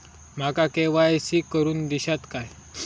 माका के.वाय.सी करून दिश्यात काय?